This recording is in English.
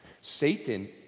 Satan